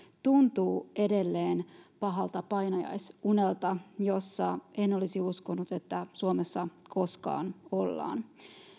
tuntuvat edelleen pahalta painajaisunelta jossa en olisi uskonut että suomessa koskaan ollaan